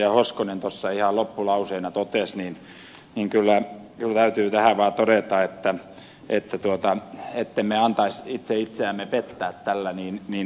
hoskonen tuossa ihan loppulauseena totesi kyllä täytyy vaan todeta ettemme antaisi itse itseämme pettää